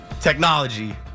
Technology